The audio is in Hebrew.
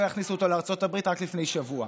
יכניסו אותה לארצות הברית רק לפני שבוע.